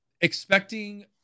expecting